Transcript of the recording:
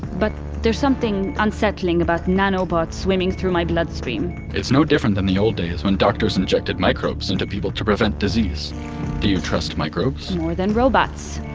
but there's something unsettling about nanobots swimming through my bloodstream it's no different than the old days when doctors injected microbes into people to prevent disease. do you trust microbes? more than robots.